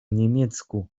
niemiecku